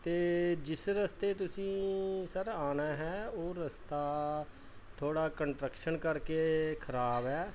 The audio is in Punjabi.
ਅਤੇ ਜਿਸ ਰਸਤੇ ਤੁਸੀਂ ਸਰ ਆਉਣਾ ਹੈ ਉਹ ਰਸਤਾ ਥੋੜ੍ਹਾ ਕੰਟਰਕਸ਼ਨ ਕਰਕੇ ਖਰਾਬ ਹੈ